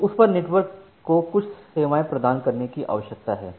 तो उस पर नेटवर्क को कुछ सेवाएं प्रदान करने की आवश्यकता है